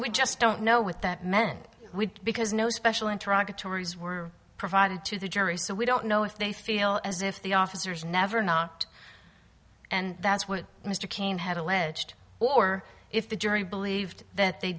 we just don't know what that meant because no special interactive tories were provided to the jury so we don't know if they feel as if the officers never knocked and that's what mr cain had alleged or if the jury believed that they